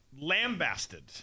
lambasted